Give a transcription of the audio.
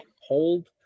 Hold